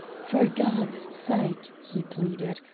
for god's sake, he pleaded,